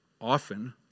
often